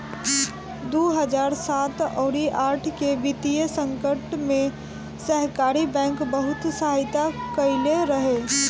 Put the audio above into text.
दू हजार सात अउरी आठ के वित्तीय संकट में सहकारी बैंक बहुते सहायता कईले रहे